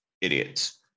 idiots